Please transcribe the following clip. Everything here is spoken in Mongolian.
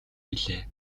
билээ